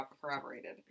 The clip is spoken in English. corroborated